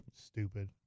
Stupid